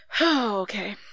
Okay